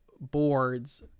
boards